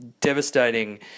devastating